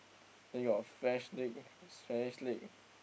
then got French-League Chinese -eague